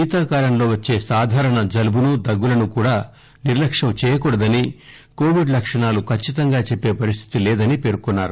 శీతాకాలంలో వచ్చే సాధారణ జలుటునూ దగ్గులనూ కూడా నిర్హక్ష్యం చేయకూడదని కొవిడ్ లక్షణాలు కచ్చితంగా చెప్పే పరిస్థితి లేదని పేర్కొన్నారు